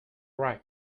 right